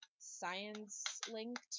science-linked